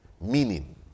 Meaning